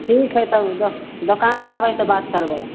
ठीक हइ तब दो दोकान पर आबै हइ तऽ बात करबै